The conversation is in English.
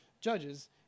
Judges